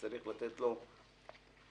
צריך לתת את התִּמְרוּץ.